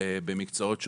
במקצועות שונים.